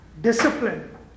discipline